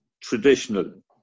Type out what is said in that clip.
traditional